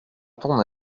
ton